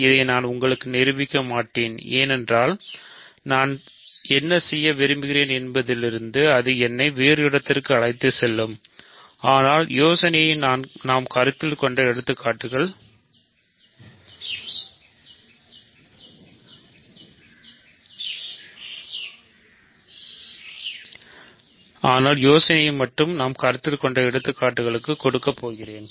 இதை நான் உங்களுக்காக நிரூபிக்க மாட்டேன் ஏனென்றால் நான் என்ன செய்ய விரும்புகிறேன் என்பதிலிருந்து அது என்னை வேறு இடத்திற்கு அழைத்துச் செல்லும் ஆனால் யோசனை நாம் கருத்தில் கொண்ட எடுத்துக்காட்டுகளுக்கு கொடுக்க ப் போகிறேன்